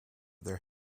their